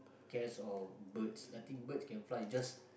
cats or birds I think birds can fly just